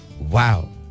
Wow